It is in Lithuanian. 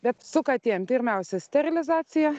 bet su katėm pirmiausia sterilizacija